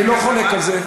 אני לא חולק על זה.